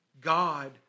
God